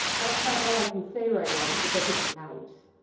that's about all i can say right now because the book isn't out.